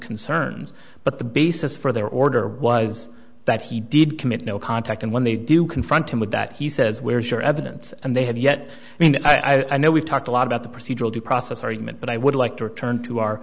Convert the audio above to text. concerns but the basis for their order was that he did commit no contact and when they do confront him with that he says where's your evidence and they have yet and i know we've talked a lot about the procedural due process argument but i would like to return to our